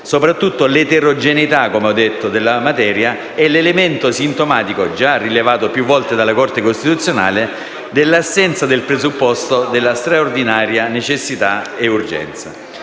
considerata l'eterogeneità della materia e l'elemento sintomatico, già rilevato più volte dalla Corte costituzionale, dell'assenza del presupposto della straordinaria necessità e urgenza.